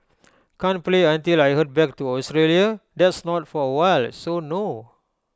can't play until I Head back to Australia that's not for awhile so no